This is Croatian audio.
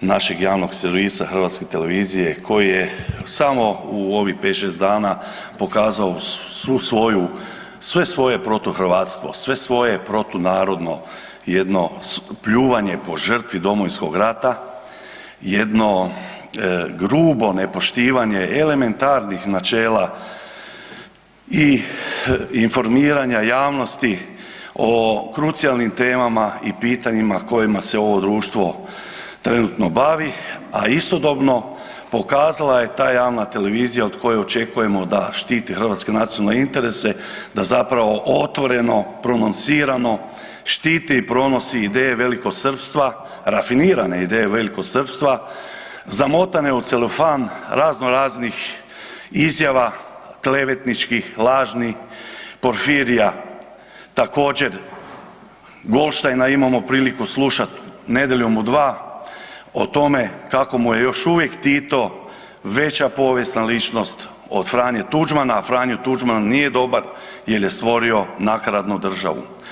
našeg javnog servisa HRT-a koji je samo u ovih 5, 6 dana pokazao sve svoje protuhrvatstvo, sve svoje protunarodno i jedno pljuvanje po žrtvi Domovinskog rata, jedno grubo nepoštivanje elementarnih načela i informiranja javnosti o krucijalnim temama i pitanjima kojima se ovo društvo trenutno bavi a istodobno pokazala je ta javna televizija od koje očekujemo da štiti hrvatske nacionalne interese da zapravo otvoreno i prononsirano štiti i pronosi ideje velikosrpstva, rafinirane ideje velikosrpstva zamotane u celofan razno raznih izjava klevetničkih, lažnih Porfirija, također Goldsteina imamo priliku slušat „Nedjeljom u 2“ o tome kako mu je još uvijek Tito veća povijesna ličnost od Franje Tuđmana, a Franjo Tuđman nije dobar jel je stvorio nakaradnu državu.